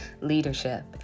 leadership